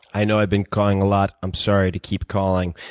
i know i've been calling a lot. i'm sorry to keep calling,